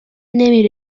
نمی